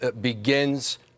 begins